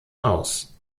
aus